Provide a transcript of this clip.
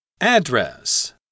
address